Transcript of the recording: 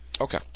Okay